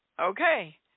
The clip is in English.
Okay